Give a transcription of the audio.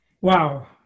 Wow